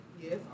Yes